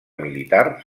militar